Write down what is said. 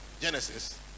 Genesis